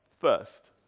first